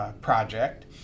project